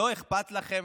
לא אכפת לכם?